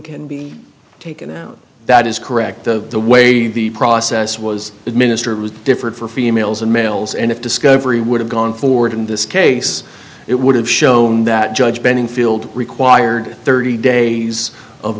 can be taken out that is correct the the way the process was administered was different for females and males and if discovery would have gone forward in this case it would have shown that judge bending field required thirty days of